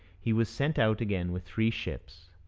he was sent out again with three ships.